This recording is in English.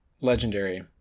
legendary